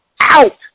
out